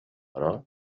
però